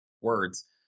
Words